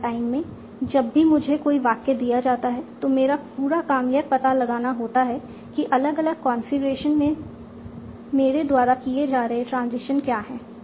run time में जब भी मुझे कोई वाक्य दिया जाता है तो मेरा पूरा काम यह पता लगाना होता है कि अलग अलग कॉन्फ़िगरेशन में मेरे द्वारा किए जा रहे ट्रांजिशन क्या हैं